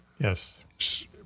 Yes